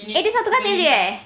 eh dia satu katil jer eh